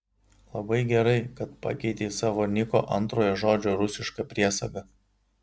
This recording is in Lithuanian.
labai gerai kad pakeitei savo niko antrojo žodžio rusišką priesagą